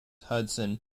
hudson